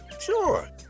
Sure